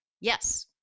yes